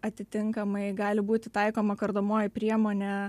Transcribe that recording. atitinkamai gali būti taikoma kardomoji priemonė